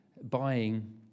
buying